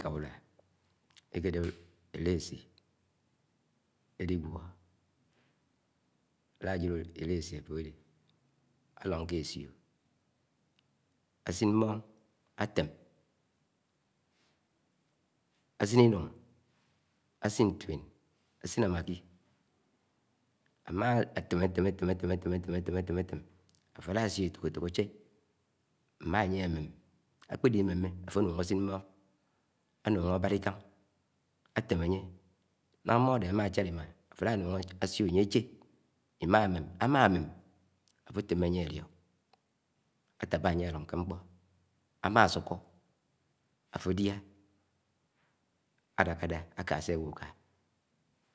Éká úŕụá ékédép élési élig̀ẁọ álájeḍ élési, átọde, álọṉ ke esio ásin ṃṃọn, atem̱, ásin, íṉúng ásin átuen ásin ámákí átem atém, atemi atemi átemi átemi átemi átemi átemi átemi áfo álásiọ etọk etọk achẹ, mma anye amem. Akpede imeme afọ aṉuyo ásin mmon anụhọ ábála ik’an, átem, anye naha mmoń adé amáchad iḿa afó alá nuñ asio̱ anyé aché mmé mém, a̱ma mẹm afó ateḿe áṇye aliọk, ataba anye alo̱n ke ṃkpo am̱asukọ áfọdiá. Adakada, ake se awuka